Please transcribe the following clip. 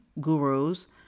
gurus